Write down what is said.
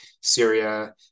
Syria